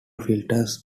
filters